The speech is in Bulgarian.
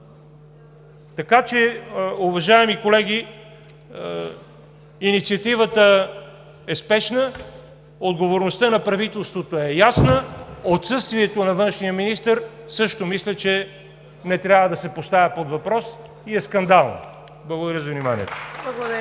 намираме! Уважаеми колеги, инициативата е спешна, отговорността на правителството е ясна, отсъствието на външния министър също мисля, че не трябва да се поставя под въпрос и е скандално. Благодаря за вниманието.